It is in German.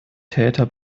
täter